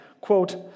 quote